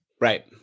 Right